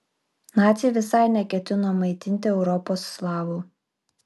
naciai visai neketino maitinti europos slavų